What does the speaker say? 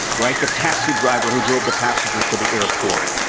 right? the taxi driver who drove the passengers to the airport,